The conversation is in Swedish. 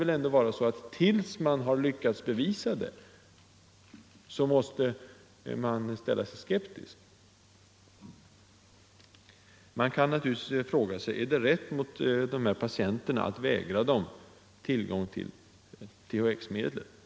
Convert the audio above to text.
Och till dess att någon har lyckats bevisa medlets effektivitet måste man ställa sig skeptisk. Man kan naturligtvis fråga om det är rätt mot patienterna att vägra dem tillgång till THX-medlet.